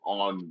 on